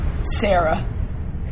Sarah